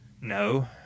no